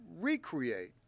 recreate